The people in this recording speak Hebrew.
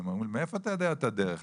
והם אומרים: מאיפה אתה יודע את הדרך?